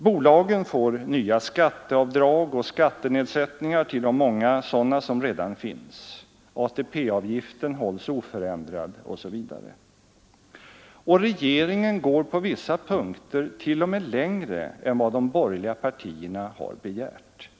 Bolagen får nya skatteavdrag och skattenedsättningar till de många sådana som redan finns, ATP-avgiften vad de borgerliga partierna begärt.